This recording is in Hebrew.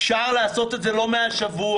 אפשר לעשות את זה לא מהשבוע.